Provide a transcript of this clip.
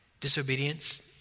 Disobedience